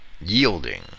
Yielding